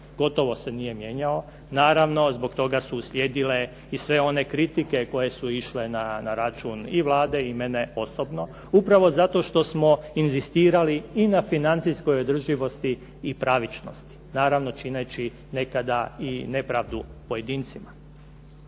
gotovo se nije mijenjao. Naravno, zbog toga su uslijedile i sve one kritike koje su išle na račun i Vlade i mene osobno upravo zato što smo inzistirali i na financijskoj održivosti i pravičnosti. Naravno, čineći nekada i nepravdu pojedincima.